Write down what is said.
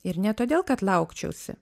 ir ne todėl kad laukčiausi